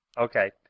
okay